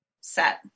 set